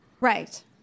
Right